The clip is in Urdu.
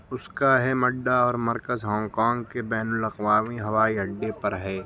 اس کا اہم اڈہ اور مرکز ہانگ کانگ کے بین الاقوامی ہوائی اڈے پر ہے